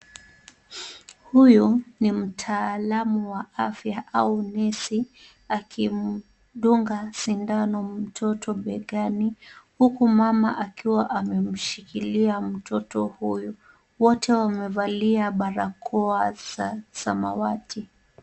Huyu ni mtaalamu wa afya au nesi akimdunga sindano mtoto begani, huku mama akiwa amemshikilia mtoto huyu. Wote wamevalia barakoa za samawati.